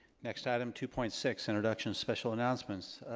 next item two point six introduction and special announcements.